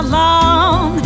long